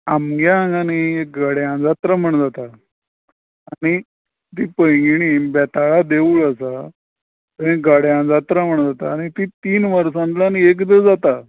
आमगें हांगा नी गड्या जात्रा म्हुणू जाता आनी ती पैंगिणी वेताळा देवूळ आसा थंय गड्या जात्रा म्हुणू जाता ती तीन वर्सांतल्यान एकदां जाता